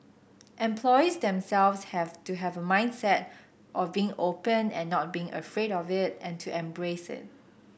employees themselves have to have a mindset of being open and not being afraid of it and to embrace it